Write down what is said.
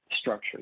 structure